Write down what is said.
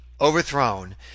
overthrown